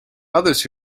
others